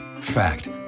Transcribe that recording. Fact